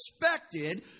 expected